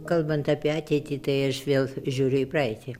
kalbant apie ateitį tai aš vėl žiūriu į praeitį